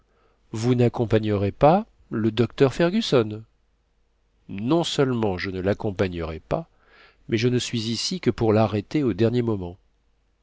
vous naccompagnerez pas le docteur fergusson non seulement je ne l'accompagnerai pas mais je ne suis ici que pour larrêter au dernier moment